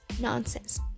nonsense